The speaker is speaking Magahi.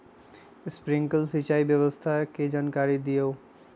स्प्रिंकलर सिंचाई व्यवस्था के जाकारी दिऔ?